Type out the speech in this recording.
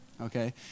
Okay